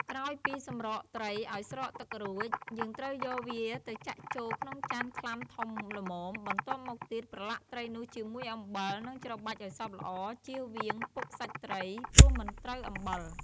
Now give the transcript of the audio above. ក្រោយពីសម្រក់ត្រីឱ្យស្រក់ទឹករួច យើងត្រូវយកវាទៅចាក់ចូលក្នុងចានខ្លាំធំល្មម បន្ទាប់មកទៀត ប្រឡាក់ត្រីនោះជាមួយអំបិល និងច្របាច់ឱ្យសព្វល្អ ចៀសវាងពុកសាច់ត្រី ព្រោះមិនត្រូវអំបិល។